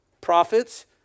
prophets